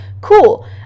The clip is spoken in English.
cool